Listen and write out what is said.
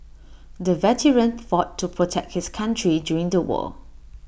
the veteran fought to protect his country during the war